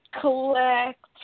Collect